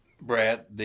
Brad